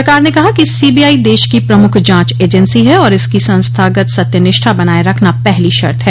सरकार ने कहा कि सीबीआई देश की प्रमुख जांच एजेंसी है और इसकी संस्थागत सत्य निष्ठा बनाये रखना पहली शर्त है